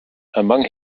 among